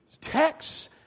texts